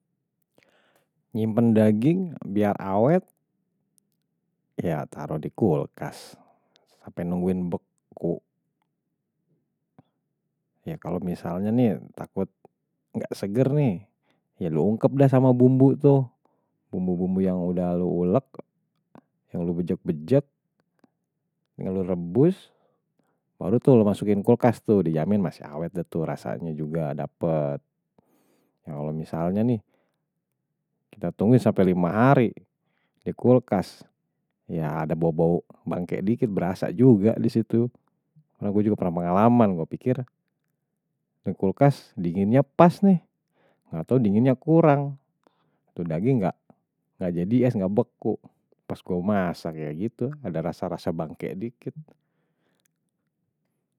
Nyimpan daging biar awet ya taro di kulkas sampai nungguin beku ya kalau misalnya nih takut nggak seger nih ya lu ungkep dah sama bumbu tuh bumbu-bumbu yang udah lu ulek yang lu bejek-bejek yang lu rebus baru tuh lu masukin kulkas tuh dijamin masih awet dah tuh rasanya juga dapet ya kalau misalnya nih kita tungguin sampai lima hari di kulkas ya ada bau-bau bangkek dikit berasa juga di situ pernah gue juga pernah pengalaman gue pikir di kulkas dinginnya pas nih nggak tau dinginnya kurang tuh daging nggak jadi es nggak beku pas gue masak kayak gitu ada rasa-rasa bangkek dikit.